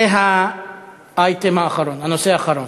זה הנושא האחרון.